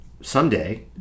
someday